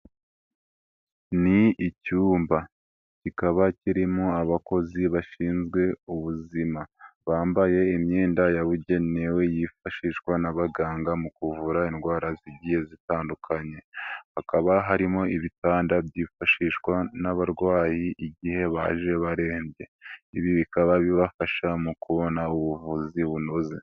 Ni icyumba kikaba kirimo abakozi bashinzwe ubuzima bambaye imyenda yabugenewe yifashishwa n'abaganga mu kuvura indwara zigiye zitandukanye, hakaba harimo ibitanda byifashishwa n'abarwayi igihe baje barembye, ibi bikaba bibafasha mu kubona ubuvuzi bunoze.